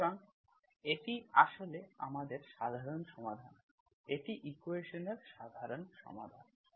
সুতরাং এটি আসলে আমাদের সাধারণ সমাধান এটি ইকুয়েশন্ এর সাধারণ সমাধান